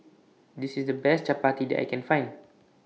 This IS The Best Chappati that I Can Find